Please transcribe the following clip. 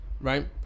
Right